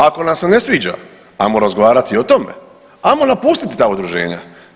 Ako nam se ne sviđa ajmo razgovarati i o tome, ajmo napustiti ta udruženja.